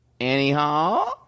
Anyhow